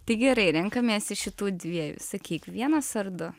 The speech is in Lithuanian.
tai gerai renkamės iš šitų dviejų sakyk vienas ar du